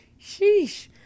sheesh